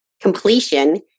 Completion